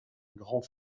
grand